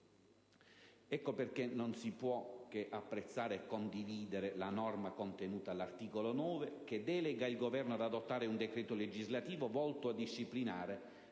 Ecco perché non si può che apprezzare e condividere la norma contenuta nell'articolo 9, che delega il Governo ad adottare un decreto legislativo volto a disciplinare